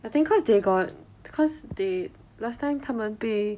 I think cause they got cause they last time 他们被